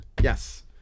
Yes